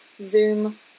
Zoom